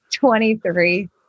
23